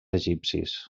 egipcis